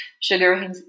sugar